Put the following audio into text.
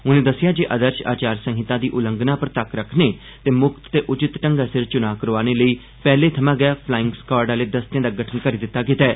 उनें दस्सेआ जे आदर्श आचार संहिता दी उल्लंघना पर तक्क रक्खने ते मुक्त ते उचित ढंग्गै सिर चुनां करोआने लेई पैहले थमां गै पलाईग स्कॉड आहले दस्तें दा गठन करी दित्ता गेदा ऐ